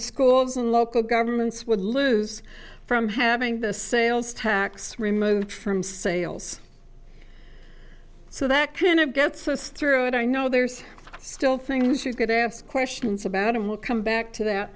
schools and local governments would lose from having the sales tax removed from sales so that kind of gets us through and i know there's still things you could ask questions about it will come back to that